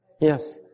Yes